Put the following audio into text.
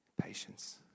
Patience